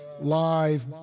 live